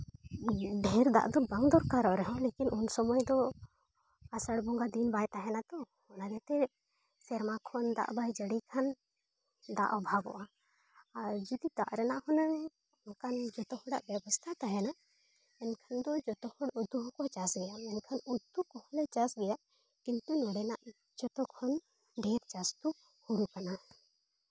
ᱰᱷᱮᱹᱨ ᱫᱟᱜ ᱫᱚ ᱵᱟᱝ ᱫᱚᱨᱠᱟᱨᱚᱜ ᱨᱮᱦᱚᱸ ᱞᱮᱠᱤᱱ ᱩᱱ ᱥᱚᱢᱚᱭ ᱫᱚ ᱟᱥᱟᱲ ᱵᱚᱸᱜᱟ ᱫᱤᱱ ᱵᱟᱭ ᱛᱟᱦᱮᱱᱟ ᱛᱚ ᱚᱱᱟ ᱠᱷᱟᱹᱛᱤᱨ ᱥᱮᱨᱢᱟ ᱠᱷᱚᱱ ᱫᱟᱜ ᱵᱟᱭ ᱡᱟᱹᱲᱤ ᱠᱷᱟᱱ ᱫᱟᱜ ᱚᱵᱷᱟᱵᱚᱜᱼᱟ ᱟᱨ ᱡᱩᱫᱤ ᱫᱟᱜ ᱨᱮᱱᱟᱜ ᱦᱩᱱᱟᱹᱝ ᱚᱱᱠᱟᱱ ᱡᱚᱛᱚ ᱦᱚᱲᱟᱜ ᱵᱮᱵᱚᱥᱛᱷᱟ ᱛᱟᱦᱮᱱᱟ ᱮᱱᱠᱷᱟᱱ ᱫᱚ ᱡᱚᱛᱚ ᱦᱚᱲ ᱩᱛᱩ ᱦᱚᱸᱠᱚ ᱪᱟᱥ ᱜᱮᱭᱟ ᱮᱱᱠᱷᱟᱱ ᱩᱛᱩ ᱠᱚᱦᱚᱸᱞᱮ ᱪᱟᱥ ᱜᱮᱭᱟ ᱠᱤᱱᱛᱩ ᱱᱚᱰᱮᱱᱟᱜ ᱡᱚᱛᱚ ᱠᱷᱚᱱ ᱰᱷᱮᱹᱨ ᱪᱟᱥᱫᱚ ᱦᱳᱲᱳ ᱠᱟᱱᱟ